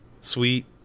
Sweet